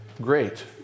great